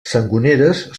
sangoneres